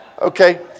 Okay